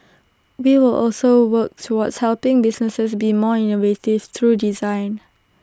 we will also work towards helping businesses be more innovative through design